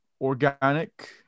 organic